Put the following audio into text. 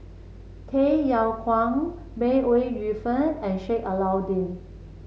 Tay Yong Kwang May Ooi Yu Fen and Sheik Alau'ddin